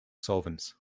solvents